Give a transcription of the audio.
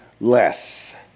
less